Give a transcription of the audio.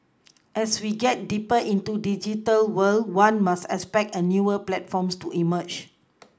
as we get deeper into digital world one must expect a newer platforms to emerge